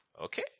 Okay